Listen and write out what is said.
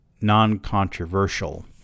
non-controversial